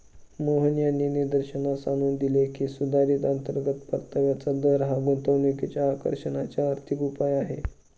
मोहन यांनी निदर्शनास आणून दिले की, सुधारित अंतर्गत परताव्याचा दर हा गुंतवणुकीच्या आकर्षणाचे आर्थिक उपाय आहे